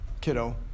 kiddo